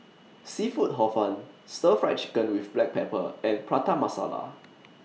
Seafood Hor Fun Stir Fried Chicken with Black Pepper and Prata Masala